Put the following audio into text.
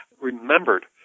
remembered